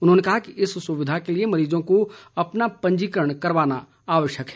उन्होंने कहा कि इस सुविधा के लिए मरीजों को अपना पंजीकरण करवाना आवश्यक है